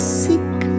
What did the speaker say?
seek